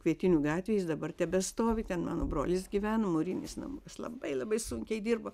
kvietinių gatvėj jis dabar tebestovi ten mano brolis gyveno mūrinis namas labai labai sunkiai dirbo